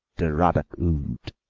the ruddock would,